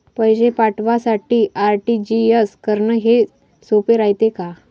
पैसे पाठवासाठी आर.टी.जी.एस करन हेच सोप रायते का?